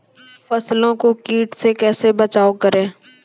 फसलों को कीट से कैसे बचाव करें?